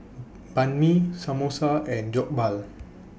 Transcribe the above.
Banh MI Samosa and Jokbal